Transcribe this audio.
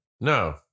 No